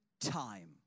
time